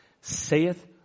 saith